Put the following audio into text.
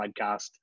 podcast